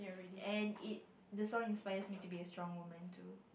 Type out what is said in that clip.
and it the song inspire me to be a strong woman too